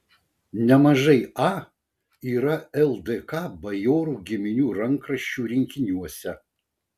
nemažai a yra ldk bajorų giminių rankraščių rinkiniuose